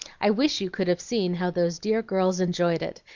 i wish you could have seen how those dear girls enjoyed it,